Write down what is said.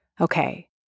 Okay